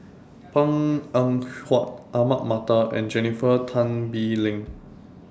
Png Eng Huat Ahmad Mattar and Jennifer Tan Bee Leng